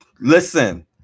Listen